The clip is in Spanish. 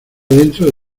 dentro